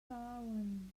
darwin